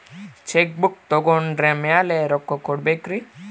Check book ತೊಗೊಂಡ್ರ ಮ್ಯಾಲೆ ರೊಕ್ಕ ಕೊಡಬೇಕರಿ?